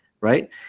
right